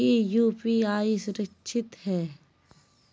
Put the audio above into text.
की यू.पी.आई सुरक्षित है?